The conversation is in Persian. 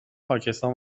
پاکستان